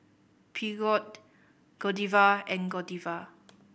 Peugeot Godiva and Godiva